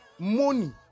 Money